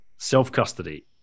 Self-custody